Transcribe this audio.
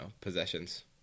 possessions